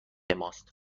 ماست